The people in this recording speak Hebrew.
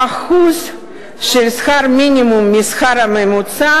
האחוז של שכר מינימום מהשכר הממוצע